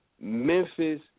Memphis